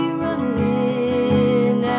running